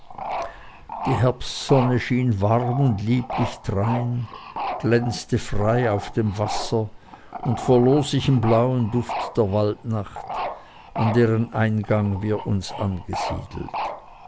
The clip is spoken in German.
die herbstsonne schien warm und lieblich drein glänzte frei auf dem wasser und verlor sich im blauen duft der waldnacht an deren eingang wir uns angesiedelt